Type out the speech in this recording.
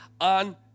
on